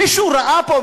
מישהו ראה פה,